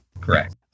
Correct